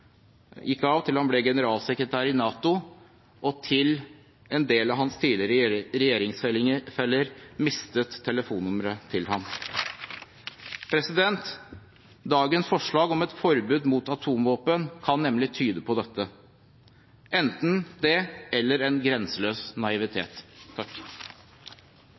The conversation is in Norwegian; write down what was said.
gikk av og ble generalsekretær i NATO, og til en del av hans tidligere regjeringsfeller mistet telefonnummeret hans. Dagens forslag om et forbud mot atomvåpen kan nemlig tyde på dette – enten det eller en grenseløs naivitet.